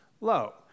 low